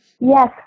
Yes